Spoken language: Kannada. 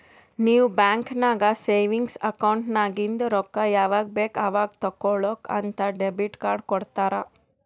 ನೀವ್ ಬ್ಯಾಂಕ್ ನಾಗ್ ಸೆವಿಂಗ್ಸ್ ಅಕೌಂಟ್ ನಾಗಿಂದ್ ರೊಕ್ಕಾ ಯಾವಾಗ್ ಬೇಕ್ ಅವಾಗ್ ತೇಕೊಳಾಕ್ ಅಂತ್ ಡೆಬಿಟ್ ಕಾರ್ಡ್ ಕೊಡ್ತಾರ